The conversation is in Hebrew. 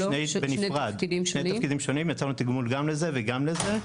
זה שני תפקידים שונים לצורך תגמול גם לזה וגם לזה.